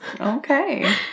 Okay